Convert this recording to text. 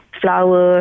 flower